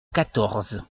quatorze